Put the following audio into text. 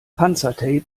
panzertape